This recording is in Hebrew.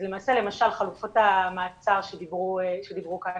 אז למעשה למשל חלופות המעצר שדיברו כאן